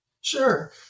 Sure